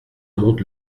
monte